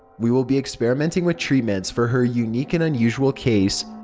we will be experimenting with treatments for her unique and unusual case.